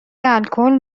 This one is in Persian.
الکل